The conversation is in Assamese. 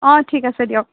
অঁ ঠিক আছে দিয়ক